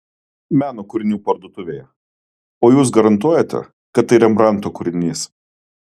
meno kūrinių parduotuvėje o jūs garantuojate kad tai rembrandto kūrinys